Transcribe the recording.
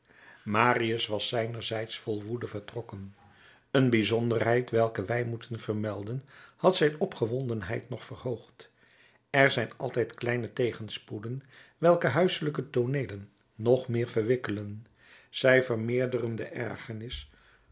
marius was zijnerzijds vol woede vertrokken een bijzonderheid welke wij moeten vermelden had zijn opgewondenheid nog verhoogd er zijn altijd kleine tegenspoeden welke huiselijke tooneelen nog meer verwikkelen zij vermeerderen de ergernis